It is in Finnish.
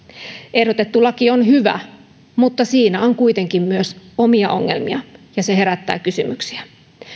ehdotettu laki on hyvä mutta siinä on kuitenkin myös omia ongelmia ja se herättää kysymyksiä